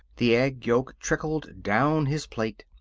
the egg yolk trickled down his plate.